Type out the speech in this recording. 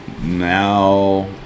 now